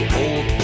old